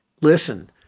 Listen